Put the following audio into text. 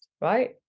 right